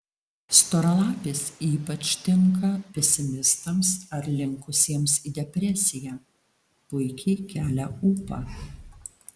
storalapis ypač tinka pesimistams ar linkusiems į depresiją puikiai kelia ūpą